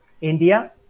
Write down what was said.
India